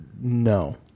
no